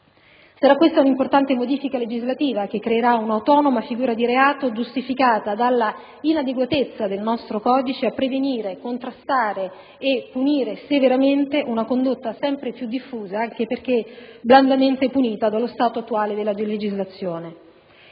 Sarà questa un'importante modifica legislativa, che creerà un'autonoma figura di reato, giustificata dall'inadeguatezza del nostro codice a prevenire, contrastare e punire severamente una condotta sempre più diffusa, anche perché blandamente punita dallo stato attuale della legislazione.